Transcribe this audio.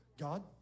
God